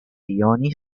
ioni